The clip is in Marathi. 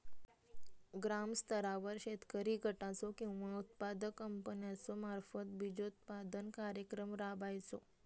ग्रामस्तरावर शेतकरी गटाचो किंवा उत्पादक कंपन्याचो मार्फत बिजोत्पादन कार्यक्रम राबायचो?